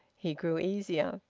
he grew easier.